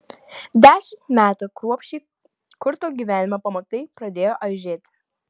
dešimt metų kruopščiai kurto gyvenimo pamatai pradėjo aižėti